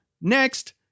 next